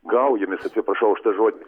gaujomis atsiprašau už tą žodį